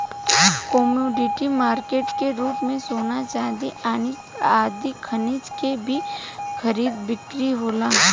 commodity market के रूप में सोना चांदी आदि खनिज के भी खरीद बिक्री होला